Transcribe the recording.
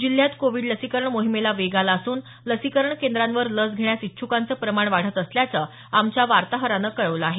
जिल्ह्यात कोविड लसीकरण मोहिमेला वेग आला असून लसीकरण केंद्रांवर लस घेण्यास इच्छकांचं प्रमाण वाढत असल्याचं आमच्या वार्ताहरानं कळवलं आहे